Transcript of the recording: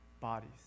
bodies